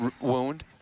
wound